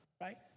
right